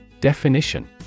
Definition